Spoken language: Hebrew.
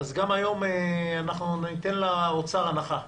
אז גם היום, ניתן לאוצר הנחה.